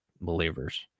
believers